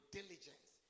diligence